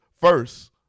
first